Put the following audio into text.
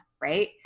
right